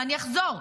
ואני אחזור: